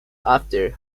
after